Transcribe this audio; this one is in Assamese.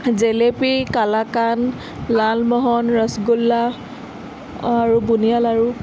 জেলেপি কালাকান লালমোহন ৰসগোল্লা আৰু বুনিয়া লাড়ু